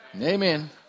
Amen